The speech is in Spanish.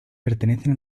pertenecen